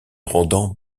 rendant